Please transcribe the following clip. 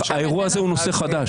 האירוע הזה הוא נושא חדש.